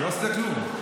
לא עשית כלום.